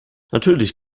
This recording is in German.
natürlich